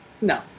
No